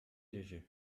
légers